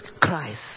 Christ